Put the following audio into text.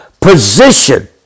position